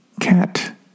Cat